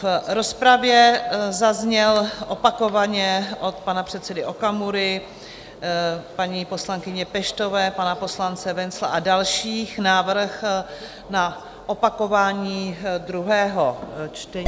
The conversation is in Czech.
V rozpravě zazněl opakovaně od pana předsedy Okamury, paní poslankyně Peštové, pane poslance Wenzla a dalších návrh na opakování druhého čtení.